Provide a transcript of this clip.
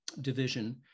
division